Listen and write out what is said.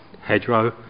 hedgerow